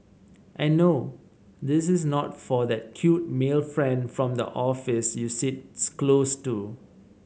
and no this is not for that cute male friend from the office you sits close to